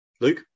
Luke